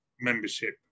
membership